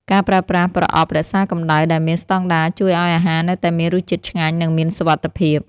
ការប្រើប្រាស់ប្រអប់រក្សាកម្ដៅដែលមានស្ដង់ដារជួយឱ្យអាហារនៅតែមានរសជាតិឆ្ងាញ់ និងមានសុវត្ថិភាព។